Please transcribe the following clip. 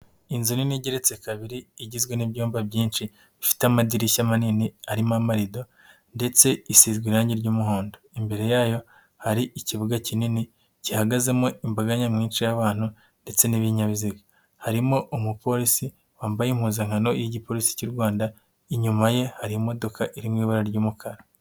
Inzu nini igeretse kabiri igizwe n'ibyumba byinshi ifite amadirishya manini arimo amarido ndetse isizwe irangi ry'umuhondo. Imbere yayo hari ikibuga kinini gihagazemo imbaga nyamwinshi y'abantu ndetse n'ibinyabiziga. Harimo umuporisi wambaye impuzankano y'igiporisi cy'u Rwanda, inyuma ye hari imodoka iri mu ibara ry'umukara.